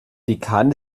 dekan